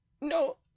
No